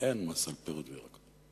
אין מס על פירות וירקות.